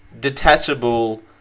detachable